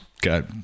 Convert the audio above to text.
got